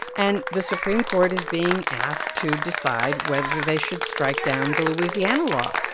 and the supreme court is being asked to decide whether they should strike down the louisiana law.